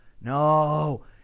no